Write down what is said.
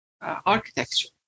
Architecture